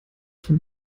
von